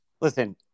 Listen